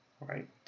right